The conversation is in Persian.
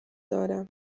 دارم